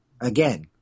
again